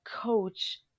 coach